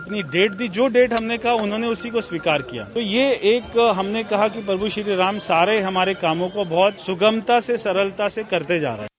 अपनी डेट दी जो डेट हमने कहाउन्होंने उसी को स्वीकार किया तो ये हमने कहा कि प्रभू श्रीराम सारे हमारे कामों को बहुत सुगमता से सरलता से करते जा रहे हैं